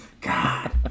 God